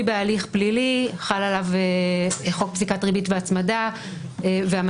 בהליך פלילי חל עליו חוק פסיקת ריבית והצמדה והמנגנון.